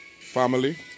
family